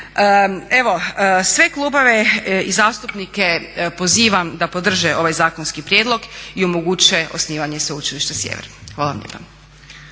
Evo sve klubove i zastupnike pozivam da podrže ovaj zakonski prijedlog i omoguće osnivanje Sveučilišta Sjever. Hvala vam